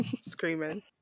Screaming